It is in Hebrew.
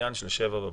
במניין של שבע בבוקר.